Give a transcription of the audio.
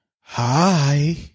Hi